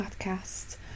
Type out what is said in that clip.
podcast